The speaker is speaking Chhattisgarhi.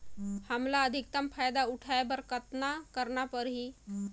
हमला अधिकतम फायदा उठाय बर कतना करना परही?